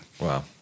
Wow